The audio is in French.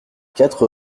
quatre